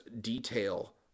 detail